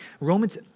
Romans